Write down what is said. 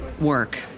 work